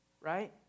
right